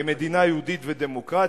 כמדינה יהודית ודמוקרטית,